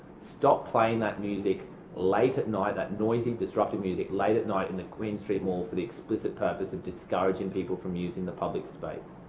stop playing that music late at night, that noisy disruptive music late at night in the queen street mall for the explicit purpose of discouraging people from using the public space.